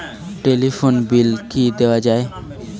Telephone bill কি দেওয়া যায়?